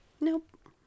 nope